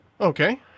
Okay